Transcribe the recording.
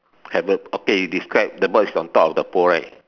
have a okay you describe the bird is on top of the pole right